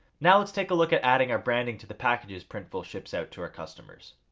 now let's take a look at adding our branding to the packages printful ships out to our customers.